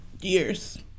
years